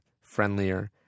friendlier